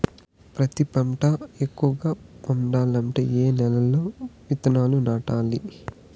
పత్తి పంట ఎక్కువగా పండాలంటే ఏ నెల లో విత్తనాలు నాటాలి?